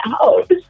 out